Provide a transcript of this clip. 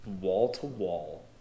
wall-to-wall